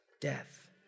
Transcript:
death